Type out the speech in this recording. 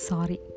Sorry